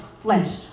flesh